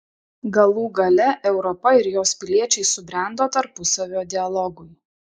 galų gale europa ir jos piliečiai subrendo tarpusavio dialogui